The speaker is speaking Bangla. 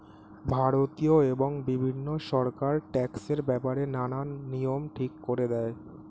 ভারতীয় এবং বিভিন্ন সরকার ট্যাক্সের ব্যাপারে নানান নিয়ম ঠিক করে দেয়